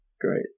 great